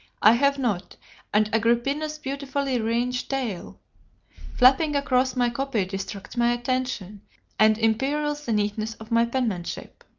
i have not and agrippina's beautifully ringed tail flapping across my copy distracts my attention and imperils the neatness of my penmanship.